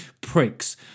Pricks